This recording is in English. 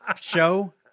show